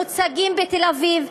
מוצגים בתל-אביב,